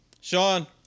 Sean